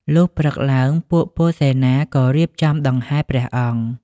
លុះព្រឹកឡើង ពួកពលសេនាក៏រៀបចំដង្ហែព្រះអង្គ។